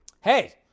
Hey